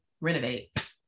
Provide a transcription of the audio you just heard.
renovate